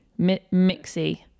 mixy